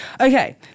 Okay